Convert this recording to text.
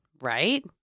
right